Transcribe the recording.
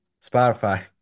Spotify